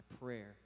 prayer